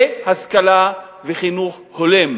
השכלה וחינוך הולם,